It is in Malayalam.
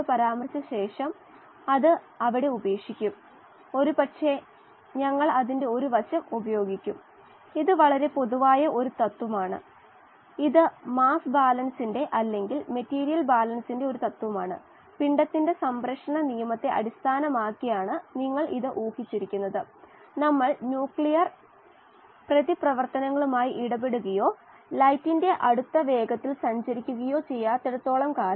വാസ്തവത്തിൽ കോശത്തിൽ ഓക്സിജൻ ആവശ്യമുള്ള ഏക സ്ഥലം ഓക്സീകരണ ഫോസ്ഫോറിലേഷൻ പാത്ത് വേയിൽ വിവിധ സബ്സ്ട്രേറ്റുകൾ പുറപ്പെടുവിക്കുന്ന ഇലക്ട്രോണുകളുടെ അവസാന ഇലക്ട്രോൺ ആക്സപ്ടെർ ആകും